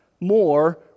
more